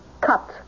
Cut